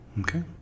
Okay